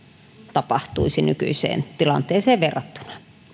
tapahtuisi nykyiseen tilanteeseen verrattuna